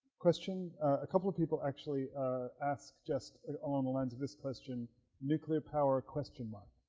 question a couple of people actually asked just a normal end to this question nuclear power question lock.